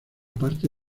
parte